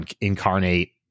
incarnate